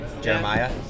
Jeremiah